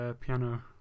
piano